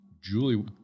Julie